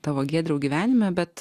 tavo giedriau gyvenime bet